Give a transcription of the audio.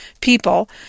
people